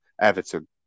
Everton